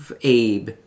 Abe